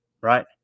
Right